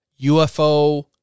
UFO